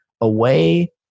away